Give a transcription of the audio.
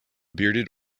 bearded